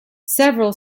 several